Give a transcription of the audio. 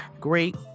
great